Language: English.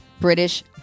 British